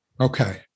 Okay